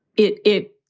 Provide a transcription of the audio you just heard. it it